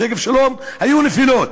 בשגב-שלום היו נפילות,